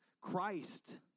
Christ